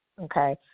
okay